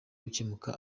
gukemuka